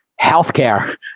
healthcare